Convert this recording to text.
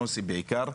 מוסי בעיקר,